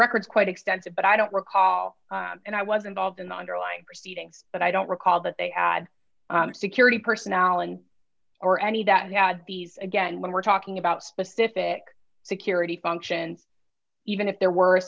record quite extensive but i don't recall and i was involved in the underlying proceedings but i don't recall that they had security personnel and or any that had be again when we're talking about specific security functions even if there were a